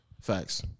Facts